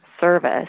service